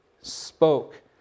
spoke